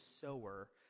sower